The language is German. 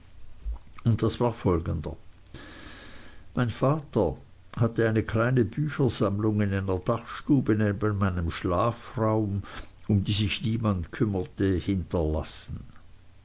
und das war folgender mein vater hatte eine kleine büchersammlung in einer dachstube neben meinem schlafraum um die sich niemand kümmerte hinterlassen